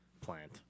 Plant